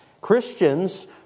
Christians